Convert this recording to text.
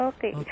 Okay